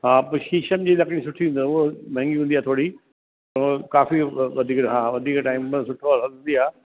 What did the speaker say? हा पोि शीशनि जी लकिड़ी सुठी ईंदव उहा महांगी हूंदी आहे थोरी त उहो काफ़ी व वधीक हा वधीक टाइम लाइ सुठो आहे अॼु बि आहे